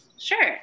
Sure